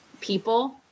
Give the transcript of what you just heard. people